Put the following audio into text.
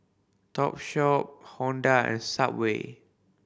Topshop Honda and Subway